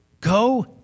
Go